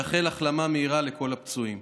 ומאחל החלמה מהירה לכל הפצועים.